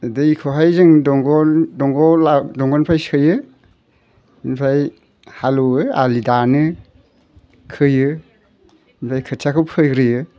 दैखौहाय जों दंग'आव दंग'आव दंग'निफ्राय सोयो ओमफ्राय हालएवो आलि दानो खोयो ओमफ्राय खोथियाखौ फोग्रोयो